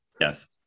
Yes